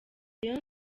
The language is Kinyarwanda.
rayon